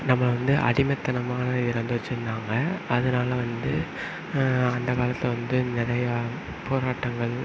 நம்மளை வந்து அடிமைத்தனமான இதில் வந்து வச்சுருந்தாங்க அதனால் வந்து அந்த காலத்தில் வந்து நிறையா போராட்டங்கள்